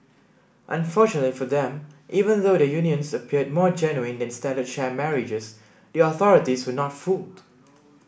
unfortunately for them even though the unions appeared more genuine than standard sham marriages the authorities were not fooled